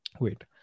Wait